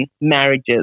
marriages